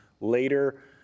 later